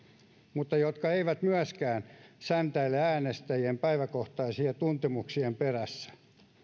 mutta jotka eivät myöskään säntäile äänestäjien päiväkohtaisien tuntemuksien perässä